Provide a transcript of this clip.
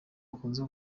hakunze